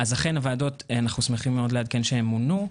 אנו שמחים לעדכן שהוועדות מונו.